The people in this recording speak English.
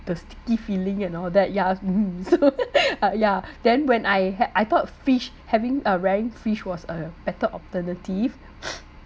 the sticky feeling and all that ya ya then when I had I thought fish having uh rearing fish was a better alternative